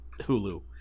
hulu